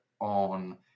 on